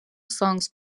songs